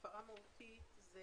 הפרה מהותית זה: